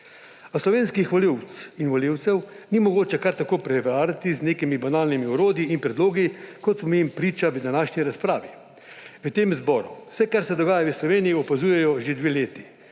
A slovenskih volivk in volivcev ni mogoče kar tako prevarati z nekimi banalnimi orodji in predlogi, kot smo jim priča v današnji razpravi. V tem zboru vse, kar se dogaja v Sloveniji, opazujejo že dve leti